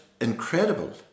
incredible